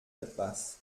etwas